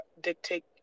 dictate